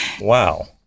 Wow